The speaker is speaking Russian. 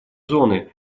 зоны